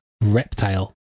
Reptile